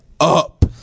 up